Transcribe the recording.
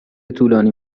طولانی